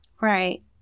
Right